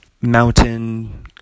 Mountain